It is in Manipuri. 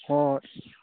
ꯍꯣꯏ